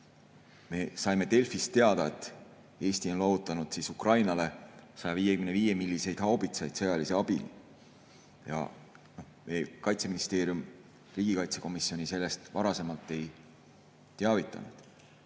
me saime Delfist teada, et Eesti on loovutanud Ukrainale 155 mm haubitsaid sõjalise abina. Kaitseministeerium riigikaitsekomisjoni sellest varasemalt ei teavitanud.